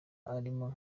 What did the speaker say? arimo